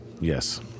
Yes